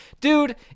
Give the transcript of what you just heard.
dude